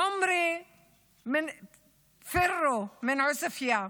עומרי פירו מעוספיא,